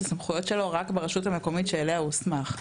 הסמכויות שלו רק ברשות המקומית שאליה הוא הוסמך.